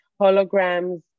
holograms